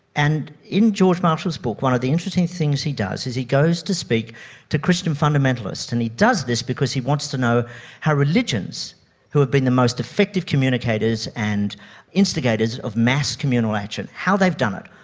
and in george marshall's book, one of the interesting things he does is he goes to speak to christian fundamentalists, and he does this because he wants to know how religions who have been the most effective communicators and instigators of mass communal action, how they've done it.